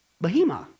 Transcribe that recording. Behemoth